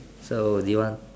so do you want